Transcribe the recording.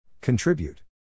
Contribute